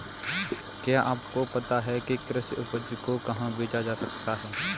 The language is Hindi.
क्या आपको पता है कि कृषि उपज को कहाँ बेचा जा सकता है?